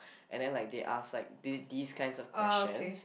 and then like they ask like these these kinds of questions